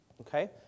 okay